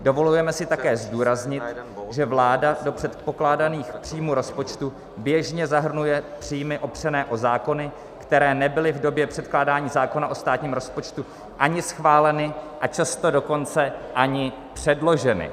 Dovolujeme si také zdůraznit, že vláda do předpokládaných příjmů rozpočtu běžně zahrnuje příjmy opřené o zákony, které nebyly v době předkládání zákona o státním rozpočtu ani schváleny, a často dokonce ani předloženy.